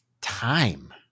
time